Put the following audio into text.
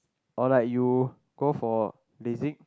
or like you go for lasik